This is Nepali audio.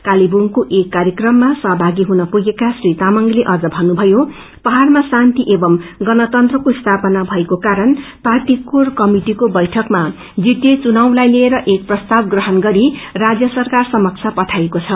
कालेबुङको एक कार्यक्रममा सहभागी हुन पुगेक्रा श्री तामंगले अझ भन्नुभयो पहाडमा शान्ति एवं गण्तन्त्रको स्थापना भएको कारण पार्टी कोर कमिटिको बैठकमा जीटिए चुनावलाई लिएर एक प्रस्ताव ग्रहण गरी राज्य सरकार समक्ष पठाइएको छ